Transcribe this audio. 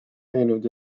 teinud